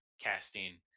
casting